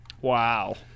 Wow